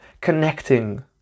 connecting